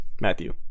Matthew